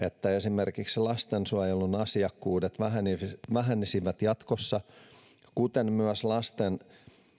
että esimerkiksi lastensuojelun asiakkuudet vähenisivät vähenisivät jatkossa kuten myös lasten